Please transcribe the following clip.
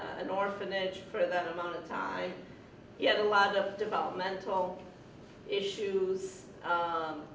an orphanage for that amount of time he had a lot of developmental issues